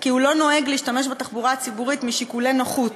כי הוא לא נוהג להשתמש בתחבורה הציבורית משיקולי נוחות,